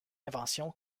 invention